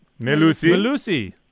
Melusi